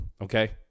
okay